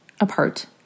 apart